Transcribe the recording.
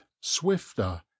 swifter